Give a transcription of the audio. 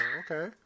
okay